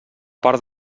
part